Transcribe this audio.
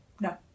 No